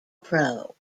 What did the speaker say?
pro